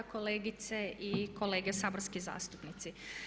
Kolegice i kolege saborski zastupnici.